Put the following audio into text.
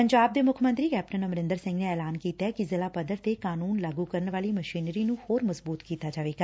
ਪੰਜਾਬ ਦੇ ਮੁੱਖ ਮੰਤਰੀ ਕੈਪਟਨ ਅਮਰਿੰਦਰ ਸਿੰਘ ਨੇ ਐਲਾਨ ਕੀਤੈ ਕਿ ਜ਼ਿਲਾ ਪੱਧਰ ਤੇ ਕਾਨੂੰਨ ਲਾਗੁ ਕਰਨ ਵਾਲੀ ਮਸ਼ੀਨਰੀ ਨੁੰ ਹੋਰ ਮਜਬੁਤ ਕੀਤਾ ਜਾਵੇਗਾ